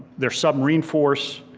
their submarine force,